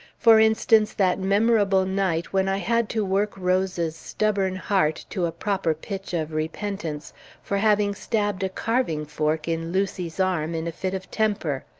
for instance, that memorable night when i had to work rose's stubborn heart to a proper pitch of repentance for having stabbed a carving-fork in lucy's arm in a fit of temper.